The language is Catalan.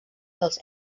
dels